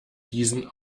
diesen